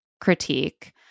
critique